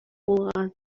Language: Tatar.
булган